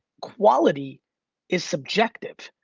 quality is subjective.